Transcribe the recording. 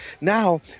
Now